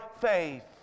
faith